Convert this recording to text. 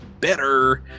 better